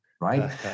Right